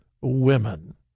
women